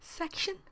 Section